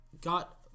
got